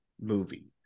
movie